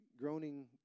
Groaning